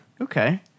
Okay